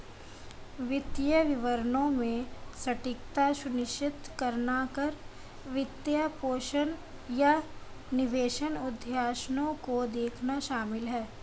वित्तीय विवरणों में सटीकता सुनिश्चित करना कर, वित्तपोषण, या निवेश उद्देश्यों को देखना शामिल हैं